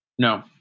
No